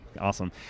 Awesome